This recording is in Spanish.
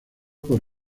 por